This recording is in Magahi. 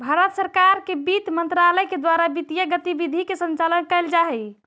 भारत सरकार के वित्त मंत्रालय के द्वारा वित्तीय गतिविधि के संचालन कैल जा हइ